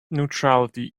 neutrality